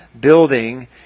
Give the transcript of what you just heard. building